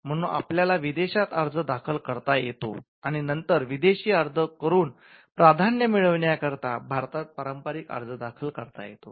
म्हणून आपल्याला विदेशात अर्ज दाखल करता येतो आणि नंतर विदेशी अर्ज करून प्राधान्य मिळवण्याकरता भारतात पारंपरिक अर्ज दाखल करता येतो